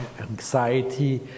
anxiety